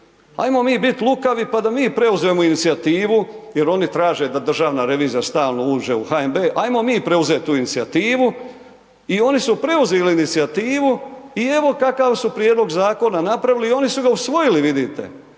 ajmo mi biti lukavi pa da mi preuzmemo inicijativu jer oni traže da Državna revizija stalno uđe u HNB, ajmo mi preuzeti tu inicijativu i oni su preuzeli inicijativu i evo kakav su prijedlog zakona napravili i oni su ga usvojili, vidite.